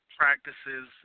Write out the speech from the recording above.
practices